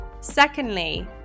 Secondly